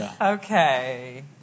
Okay